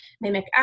mimic